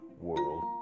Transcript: World